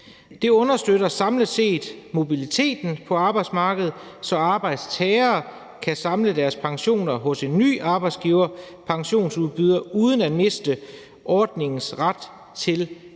Det understøtter samlet set mobiliteten på arbejdsmarkedet, så arbejdstagere kan samle deres pensioner hos en ny arbejdsgivers pensionsudbyder uden at miste ordningens ret til tidligere